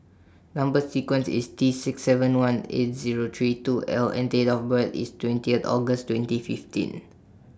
Number sequence IS T six seven one eight Zero three two L and Date of birth IS twentieth August twenty fifteen